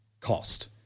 cost